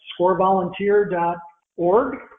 scorevolunteer.org